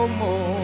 more